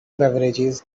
beverages